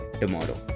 tomorrow